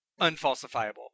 unfalsifiable